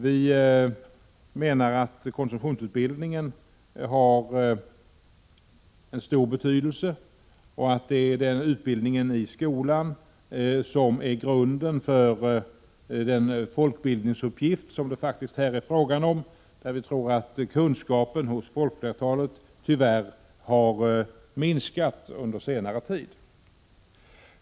Vi menar att konsumtionsutbildningen har en stor betydelse och att utbildningen i skolan är grunden för den folkbildningsuppgift som det faktiskt här är fråga om. Vi tror att kunskapen hos folkflertalet tyvärr har minskat under senare tid.